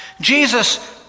Jesus